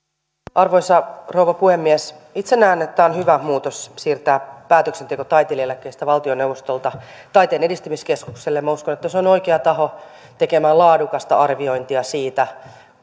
arvoisa rouva puhemies itse näen että on hyvä muutos siirtää päätöksenteko taiteilijaeläkkeistä valtioneuvostolta taiteen edistämiskeskukselle minä uskon että se on oikea taho tekemään laadukasta arviointia siitä